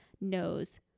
knows